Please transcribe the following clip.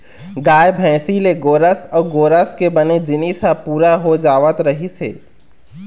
गाय, भइसी ले गोरस अउ गोरस के बने जिनिस ह पूरा हो जावत रहिस हे